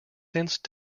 since